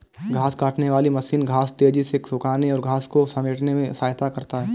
घांस काटने वाली मशीन घांस तेज़ी से सूखाने और घांस को समेटने में सहायता करता है